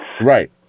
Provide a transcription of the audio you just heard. Right